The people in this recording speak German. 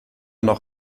noch